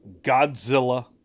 Godzilla